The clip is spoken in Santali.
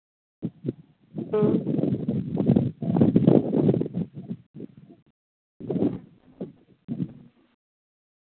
ᱦᱩᱸ